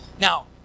Now